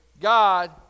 God